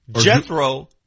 Jethro